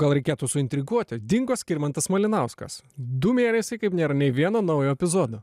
gal reikėtų suintriguoti dingo skirmantas malinauskas du mėnesiai kaip nėra nei vieno naujo epizodo